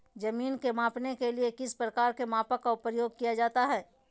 जमीन के मापने के लिए किस प्रकार के मापन का प्रयोग किया जाता है?